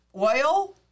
oil